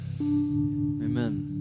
Amen